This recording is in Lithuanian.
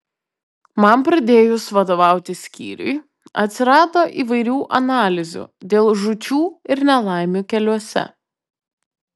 man pradėjus vadovauti skyriui atsirado įvairių analizių dėl žūčių ir nelaimių keliuose